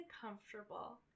comfortable